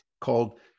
called